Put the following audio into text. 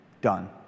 Done